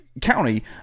County